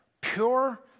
Pure